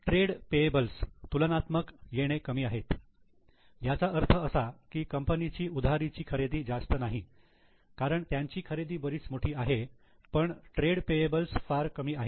trade payables तुलनात्मक येणे कमी आहेत याचा अर्थ असा की कंपनीची उधारीची खरेदी जास्त नाही कारण त्यांची खरेदी बरीच मोठी आहे पण ट्रेड पेयेबल्स फार कमी आहेत